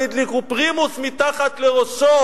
והדליקו פרימוס מתחת לראשו.